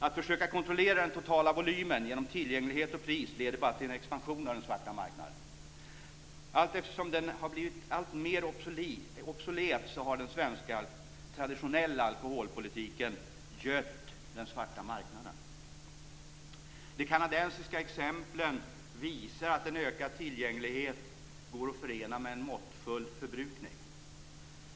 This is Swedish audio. Att försöka kontrollera den totala volymen genom tillgänglighet och pris leder bara till en expansion av den svarta marknaden. Allteftersom den blivit alltmer obsolet har den traditionella svenska alkoholpolitiken gött den svarta marknaden. De kanadensiska exemplen visar att en ökad tillgänglighet går att förena med en måttfull förbrukning.